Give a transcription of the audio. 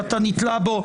שאתה נתלה בו,